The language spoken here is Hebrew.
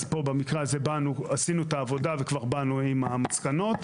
אז פה במקרה הזה עשינו את העבודה וכבר באנו עם המסקנות.